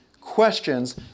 questions